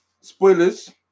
spoilers